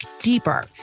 deeper